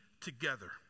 together